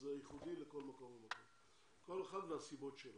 זה ייחודי לכל מקום ומקום וכל אחד והסיבות שלו.